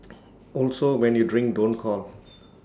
also when you drink don't call